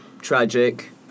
tragic